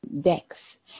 decks